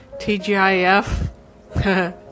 TGIF